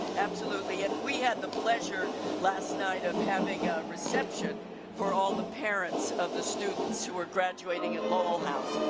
absolutely and we had the pleasure last night of having a reception for all the parents of the students who are graduating at lowell house.